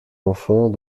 enfants